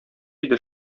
иде